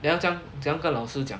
then 他这样怎样跟老师讲